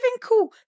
cool